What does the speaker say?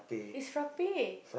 is frappe